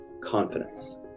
confidence